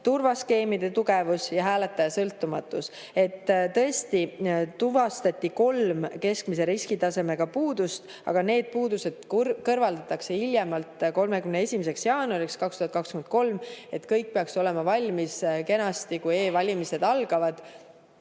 turvaskeemide tugevus ja hääletaja sõltumatus. Tõesti, tuvastati kolm keskmise riskitasemega puudust, aga need puudused kõrvaldatakse hiljemalt 31. jaanuariks 2023. Nii et kõik peaks olema kenasti valmis, kui e‑valimised algavad